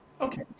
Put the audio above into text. Okay